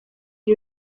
iri